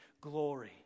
glory